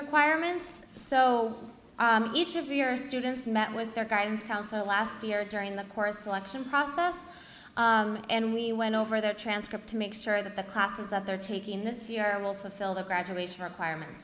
requirements so each of your students met with their guidance counselor last year during the course election process and we went over their transcript to make sure that the classes that they're taking this year will fulfill their graduation requirements